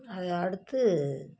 அதை அடுத்து